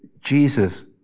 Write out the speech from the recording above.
Jesus